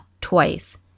twice